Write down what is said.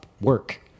work